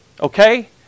Okay